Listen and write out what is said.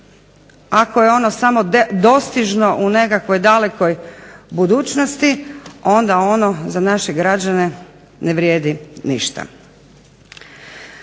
Ako je ono samo dostižno u nekakvom dalekoj budućnosti onda ono za naše građane ne vrijedi ništa.